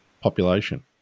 population